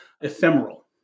ephemeral